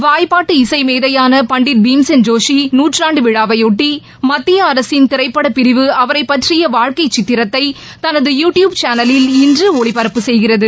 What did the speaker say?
வாய்ப்பாட்டு இசை மேதையான பண்டிட் பீம்சென் ஜோஷி நூற்றாண்டு விழாவையொட்டி மத்திய அரசின் திரைப்பட பிரிவு அவரை பற்றிய வாழ்க்கை சித்திரத்தை தனது யூடியூப் சேனலில் இன்று ஒளிபரப்பு செய்கிறது